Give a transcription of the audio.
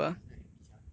orh then I happy sia